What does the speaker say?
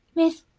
miss,